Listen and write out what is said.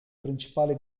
principale